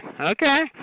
Okay